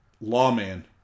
lawman